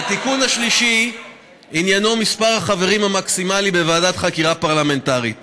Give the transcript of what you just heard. התיקון השלישי עניינו מספר החברים המקסימלי בוועדת חקירה פרלמנטרית